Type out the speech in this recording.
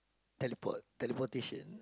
teleport teleportation